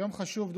יום חשוב.